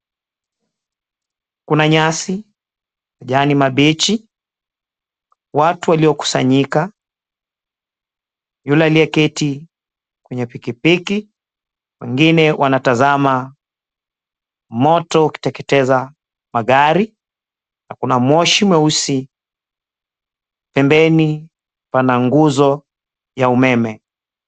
Kuna nyasi, majani mabichi, watu waliokusanyika. Yule aliyeketi kwenye pikipiki, wengine wanatazama moto ukiteketeza magari, na kuna moshi mweusi. Pembeni pana nguzo ya umeme.